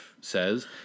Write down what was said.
says